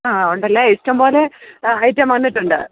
ആ ഉണ്ടല്ലേ ഇഷ്ടംപോലെ ഐറ്റം വന്നിട്ടുണ്ട്